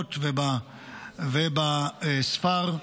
בגבולות ובספר,